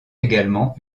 également